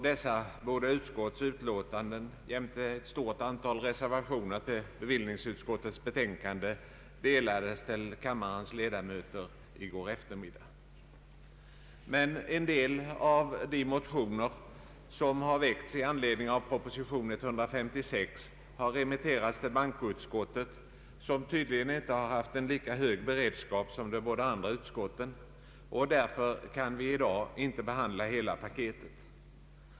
Dessa båda utskotts utlåtanden, jämte ett stort antal reservationer till bevillningsutskottets betänkande, utdelades till kammarens ledamöter i går eftermiddag. Men en del av de motioner som har väckts i anledning av proposition nr 156 har remitterats till bankoutskottet, som tydligen inte haft en lika hög be redskap som de båda andra utskotten. Därför kan vi i dag inte behandla hela paketet.